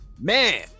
man